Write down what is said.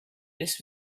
this